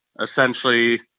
essentially